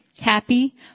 happy